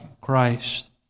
Christ